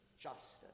justice